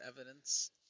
evidence